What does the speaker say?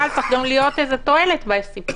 אבל צריכה להיות גם תועלת בסיפור.